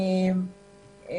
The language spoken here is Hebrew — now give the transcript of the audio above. אני